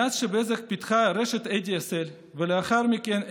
מאז בזק פיתחה רשת ADSL ולאחרי מכן NGN,